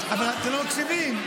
אבל אתם לא מקשיבים.